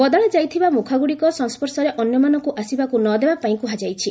ବଦଳାଯାଇଥିବା ମୁଖାଗୁଡ଼ିକ ସଂସ୍କର୍ଶରେ ଅନ୍ୟମାନଙ୍କୁ ଆସିବାକୁ ନ ଦେବା ପାଇଁ କୁହାଯାଇଛି